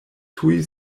tuj